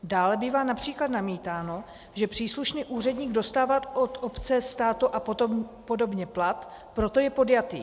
Dále bývá například namítáno, že příslušný úředník dostává od obce, státu a podobně plat, proto je podjatý.